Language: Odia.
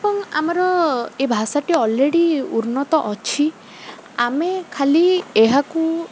ଏବଂ ଆମର ଏ ଭାଷାଟି ଅଲରେଡ଼ି ଉନ୍ନତ ଅଛି ଆମେ ଖାଲି ଏହାକୁ